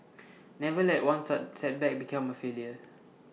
never let one setback become A failure